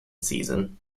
season